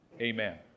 Amen